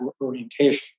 orientation